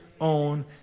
own